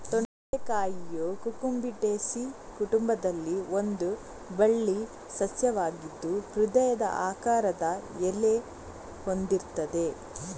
ತೊಂಡೆಕಾಯಿಯು Cucurbitaceae ಕುಟುಂಬದಲ್ಲಿ ಒಂದು ಬಳ್ಳಿ ಸಸ್ಯವಾಗಿದ್ದು ಹೃದಯದ ಆಕಾರದ ಎಲೆ ಹೊಂದಿರ್ತದೆ